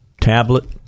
tablet